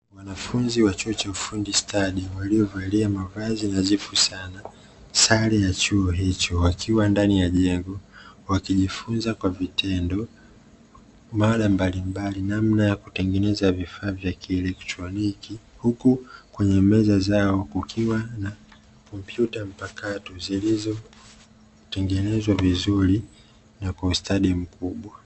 Wanafunzi wa chuo cha ufundi stadi waliovalia mavazi nadhifu sana sare ya chuo hicho, wakiwa ndani ya jengo wakijifunza kwa vitendo mada mbalimbali namna ya kutendeneza vifaa vya kielekroniki huku kwenye meza zao kukiwa na kompyuta mpakato zilizotengenezwa vizuri na kwa ustadi mkubwa.